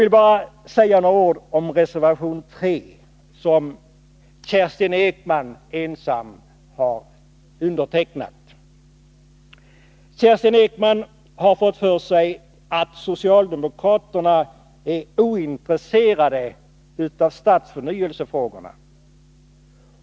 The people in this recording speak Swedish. Låt mig säga några ord om reservation 3, som Kerstin Ekman ensam har undertecknat. Hon har fått för sig att socialdemokraterna är ointresserade av stadsförnyelsefrågorna.